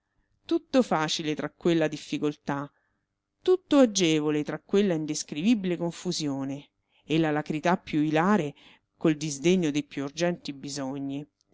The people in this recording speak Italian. tutto facile tra quella difficoltà tutto agevole tra quella indescrivibile confusione e l'alacrità più ilare col disdegno dei più urgenti bisogni